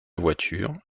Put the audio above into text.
voiture